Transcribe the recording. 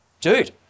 dude